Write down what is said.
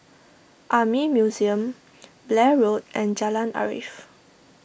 Army Museum Blair Road and Jalan Arif